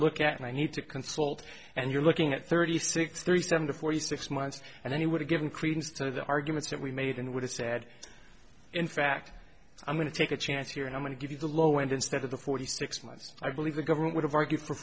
look at i need to consult and you're looking at thirty six thirty seven to forty six months and then he would have given credence to the arguments that we made and would have said in fact i'm going to take a chance here and i'm going to give you the low end instead of the forty six months i believe the government would have argue for